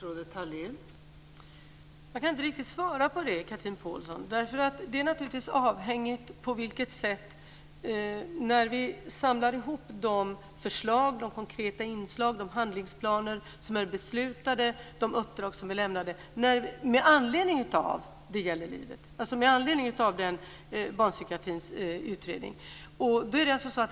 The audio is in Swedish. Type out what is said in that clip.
Fru talman! Jag kan inte riktigt svara på det, Chatrine Pålsson. Det är naturligtvis avhängigt av flera saker. Vi får samla ihop de förslag, konkreta inslag och handlingsplaner som är beslutade och de uppdrag som är lämnade med anledning av barnpsykiatrins utredning.